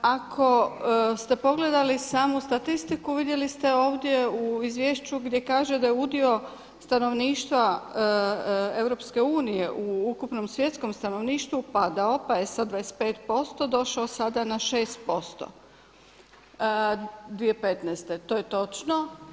Ako ste pogledali samu statistiku vidjeli ste ovdje u izvješću gdje kaže da je udio stanovništva Europske unije u ukupnom svjetskom stanovništvu padao pa je sa 25% došao sada na 6% 2015. to je točno.